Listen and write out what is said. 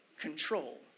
control